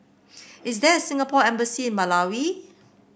is there a Singapore Embassy in Malawi